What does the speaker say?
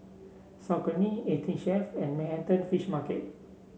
Saucony Eighteen Chef and Manhattan Fish Market